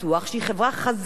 רווחית ואיתנה,